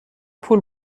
پول